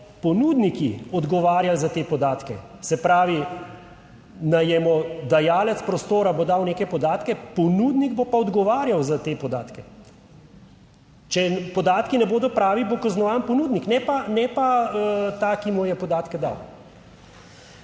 ponudniki odgovarjali za te podatke. Se pravi, najemodajalec prostora bo dal neke podatke, ponudnik bo pa odgovarjal za te podatke. Če podatki ne bodo pravi, bo kaznovan ponudnik, ne pa ta, ki mu je podatke dal.